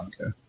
Okay